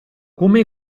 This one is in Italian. come